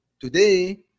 Today